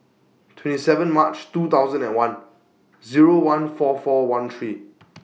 twenty seven March two thousand and one Zero one four four one three